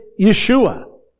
Yeshua